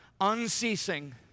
unceasing